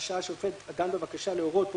רשאי השופט הדן בבקשה להורות" פה